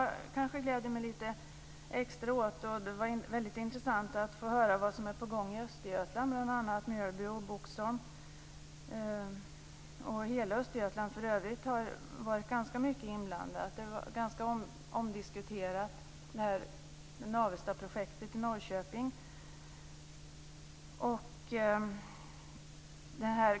En sak som jag gläder mig lite extra åt och som det var väldigt intressant att få höra om, var vad som är på gång i Östergötland i bl.a. Mjölby och Boxholm. Hela Östergötland har för övrigt varit ganska mycket inblandat i detta. Navestaprojektet i Norrköping är ganska omdiskuterat.